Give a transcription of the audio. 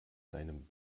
deinem